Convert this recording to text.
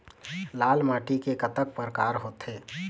लाल माटी के कतक परकार होथे?